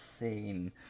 insane